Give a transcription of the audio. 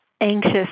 anxious